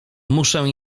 muszę